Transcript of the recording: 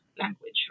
language